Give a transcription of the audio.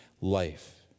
life